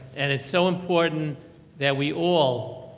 and it's so important that we all,